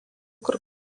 kur